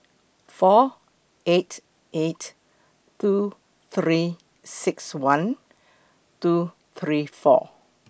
four eight eight two three six one two three four